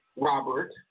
Robert